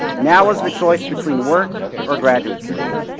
now was the choice between work or graduate school.